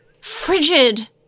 frigid